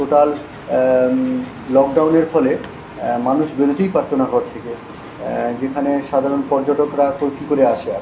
total লকডাউনের ফলে মানুষ বেরোতেই পারতো না ঘর থেকে যেখানে সাধারণ পর্যটকরা তো কী করে আসে আর